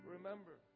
Remember